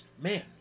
Man